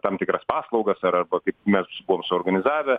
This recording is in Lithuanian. tam tikras paslaugas ar arba kaip mes buvom suorganizavę